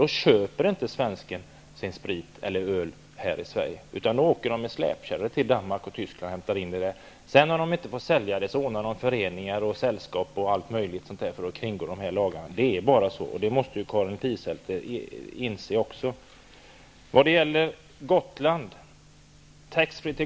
Då köper inte svensken sin sprit eller öl här i Sverige. Då åker svenskarna med släpkärror till Danmark och Tyskland och hämtar hit den. När de sedan inte får sälja den, ordnar de med föreningar och sällskap, för att kringgå lagarna. Så är det bara. Det måste också Karin Pilsäter inse.